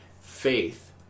faith